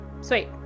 sweet